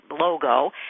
logo